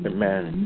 Amen